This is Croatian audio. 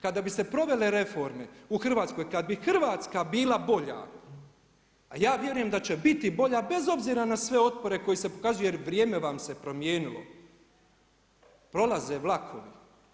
Kad bi se provele reforme u Hrvatskoj, kad bi Hrvatska bila bolja, a ja vjerujem da će biti bolja, bez obzira na sve otpore koje se pokazuje, jer vrijeme vam se promijenilo, prolaze vlakovi.